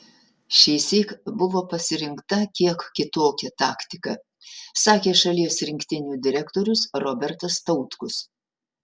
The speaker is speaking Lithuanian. šįsyk buvo pasirinkta kiek kitokia taktika sakė šalies rinktinių direktorius robertas tautkus